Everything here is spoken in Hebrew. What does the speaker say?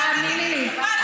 תאמיני לי,